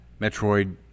Metroid